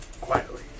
Quietly